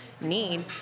need